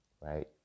right